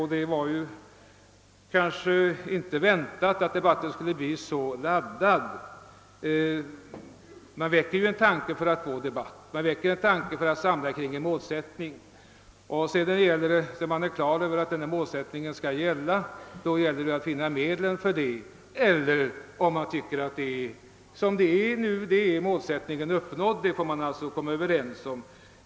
Det var kanske inte väntat att debatten skulle bli så laddad. Man väcker ju en tanke för att få debatt, för att samla folk kring en målsättning, och när man är på det klara med att målsättningen skall gälla måste man finna medel för att förverkliga den, såvida man inte tycker att målsättningen redan är uppnådd. Det får man alltså komma överens om.